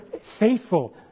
faithful